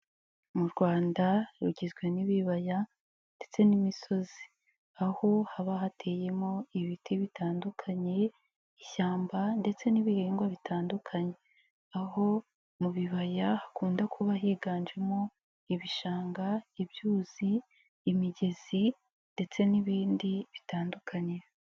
Mu Rwanda rugizwe n'ibibaya ndetse n'imisozi, aho haba hateyemo ibiti bitandukanye ishyamba ndetse n'ibihingwa bitandukanye, aho mu bibaya hakunda kuba higanjemo ibishanga, ibyuzi, imigezi, ndetse n'ibindi bitandukanye.